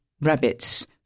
rabbits